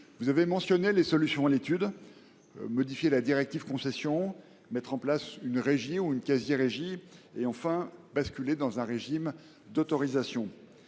Vous avez mentionné les solutions qui sont à l’étude : modifier la directive Concessions de 2014, mettre en place une régie ou une quasi régie ou encore basculer vers un régime d’autorisation.